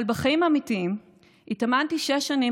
אבל בחיים האמיתיים התאמנתי שש שנים